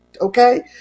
okay